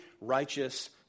righteous